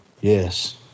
Yes